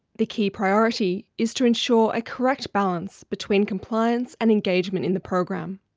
the key priority is to ensure a correct balance between compliance and engagement in the program.